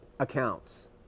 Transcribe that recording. accounts